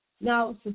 Now